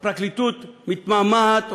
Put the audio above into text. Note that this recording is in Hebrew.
הפרקליטות מתמהמהת,